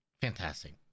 Fantastic